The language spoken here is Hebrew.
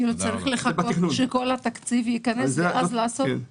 צריך לחכות שכל התקציב ייכנס ואז לעשות?